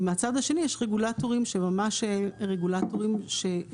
ומצד השני יש רגולטורים שממש רגולטורים שהם,